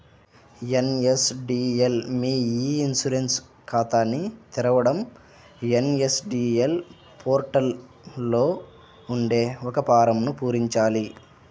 NSDL మీ e insurance ఖాతాని తెరవడం ఎన్.ఎస్.డి.ఎల్ పోర్టల్ లో ఉండే ఒక ఫారమ్ను పూరించాలి